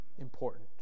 important